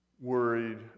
worried